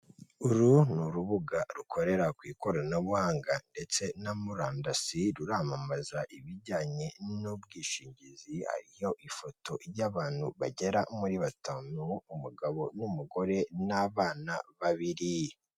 Uru ni urubuga rukorera ku ikoranabuhanga ndetse na murandasi ruramamaza ibijyanye n'ubwishingizi, hariho ifoto y'abantu bagera muri batanu, umugabo n'umugore n'abana babiri.